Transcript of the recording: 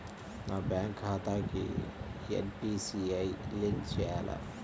నా బ్యాంక్ ఖాతాకి NPCI link చేయాలా?